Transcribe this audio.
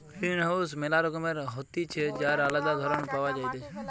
greenhouse ম্যালা রকমের হতিছে যার আলদা ধরণ পাওয়া যাইতেছে